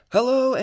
Hello